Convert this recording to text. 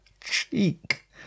Cheek